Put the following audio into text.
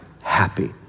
Happy